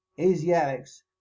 asiatics